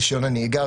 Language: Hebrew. רישיון הנהיגה,